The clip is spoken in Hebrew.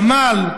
גמל,